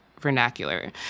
vernacular